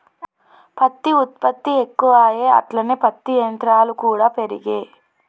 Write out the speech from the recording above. పత్తి ఉత్పత్తి ఎక్కువాయె అట్లనే పత్తి యంత్రాలు కూడా పెరిగే